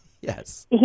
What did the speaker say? Yes